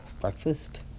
breakfast